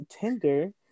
tinder